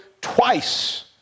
twice